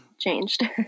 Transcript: changed